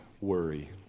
worry